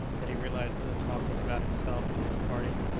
that he realized that the talk was about himself and his party.